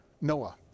Noah